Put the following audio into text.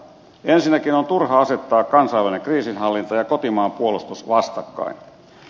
ensinnäkin on turha asettaa kansainvälinen kriisinhallinta ja kotimaan puolustus vastakkain